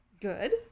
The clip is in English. Good